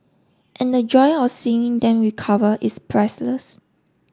and the joy of seeing them recover is priceless